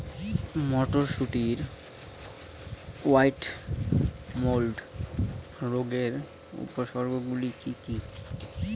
মটরশুটির white mould রোগের উপসর্গগুলি কী কী?